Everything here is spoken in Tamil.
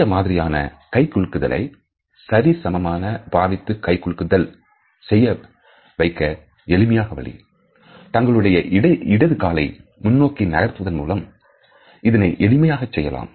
இந்த மாதிரியான கை குலுக்குதலை சரி சமமாக பாவித்து கை குலுக்குதல் செய்ய வைக்க எளிமையாக வழி தங்களுடைய இடது காலை முன்னோக்கி நகர்த்துவதன் மூலம் இதனை எளிமையாக செய்யலாம்